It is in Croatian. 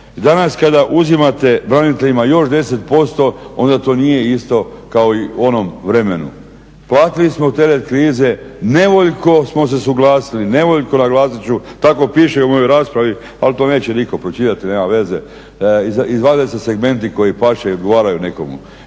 Danas kada uzimate braniteljima još 10% onda to nije isto kao i u onom vremenu. Platili smo teret krize, nevoljko smo se suglasili, nevoljko naglasit ću, tako piše u mojoj raspravi ali to neće nitko pročitati, nema veze. Izvade se segmenti koji pašu i odgovaraju nekomu.